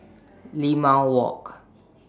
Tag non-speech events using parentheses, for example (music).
(noise) Limau Walk